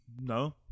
No